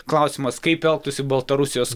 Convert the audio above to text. klausimas kaip elgtųsi baltarusijos